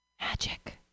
Magic